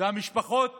והמשפחות